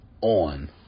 on